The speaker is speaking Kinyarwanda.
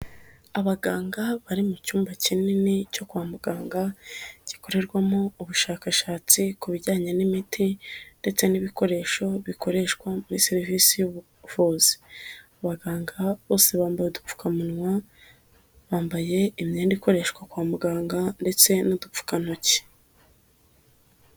Abaganga bari mu cyumba kinini cyo kwa muganga gikorerwamo ubushakashatsi ku bijyanye n'imiti, ndetse n'ibikoresho bikoreshwa muri serivisi y'ubuvuzi. Abaganga bose bambu udupfukamunwa bambaye imyenda ikoreshwa kwa muganga ndetse n'udupfukantoki.